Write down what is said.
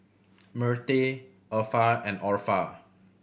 Myrtie Effa and Orpha